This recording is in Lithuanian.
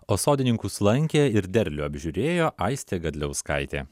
o sodininkus lankė ir derlių apžiūrėjo aistė gadliauskaitė